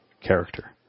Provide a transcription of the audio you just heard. character